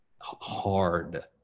Hard